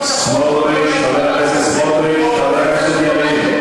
סמוטריץ, חבר הכנסת ילין.